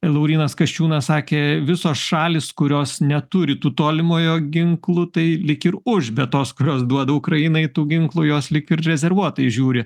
laurynas kasčiūnas sakė visos šalys kurios neturi tų tolimojo ginklų tai lyg ir už bet tos kurios duoda ukrainai tų ginklų jos lyg ir rezervuotai žiūri